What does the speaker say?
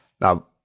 Now